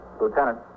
Lieutenant